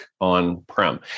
on-prem